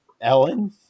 Ellen